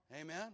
Amen